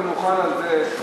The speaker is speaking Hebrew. ואני מוכן על זה,